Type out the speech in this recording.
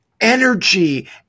energy